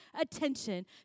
attention